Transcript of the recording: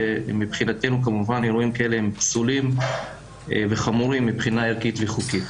ומבחינתנו כמובן אירועים כאלה הם פסולים וחמורים מבחינה ערכית וחוקית,